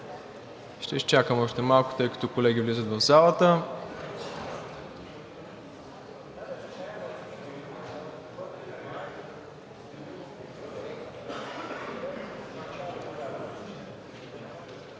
Ще изчакаме още малко, тъй като колеги влизат в залата,